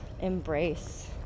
embrace